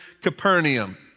Capernaum